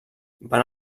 van